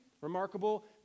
Remarkable